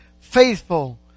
faithful